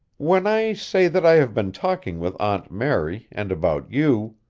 when i say that i have been talking with aunt mary, and about you,